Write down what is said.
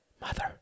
mother